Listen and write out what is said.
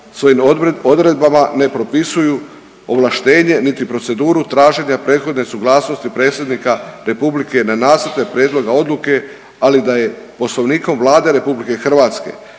svojim odredbama ne propisuju ovlaštenje niti proceduru traženja prethodne suglasnosti Predsjednika Republike na nacrta prijedloga odluke, ali da je Poslovnikom Vlade RH propisano da se